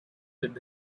with